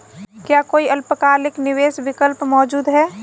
क्या कोई अल्पकालिक निवेश विकल्प मौजूद है?